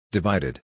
Divided